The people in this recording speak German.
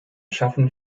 schaffen